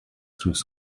through